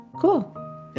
Cool